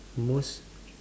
most